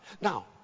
Now